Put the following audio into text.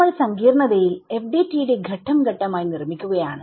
നമ്മൾ സങ്കീർണതയിൽ FDTD ഘട്ടം ഘട്ടം ആയി നിർമ്മിക്കുകയാണ്